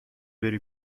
بری